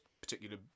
particular